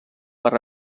per